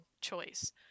choice